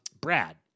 Brad